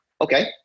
Okay